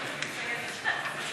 התשע"ז 2016, נתקבל.